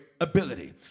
ability